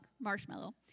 Marshmallow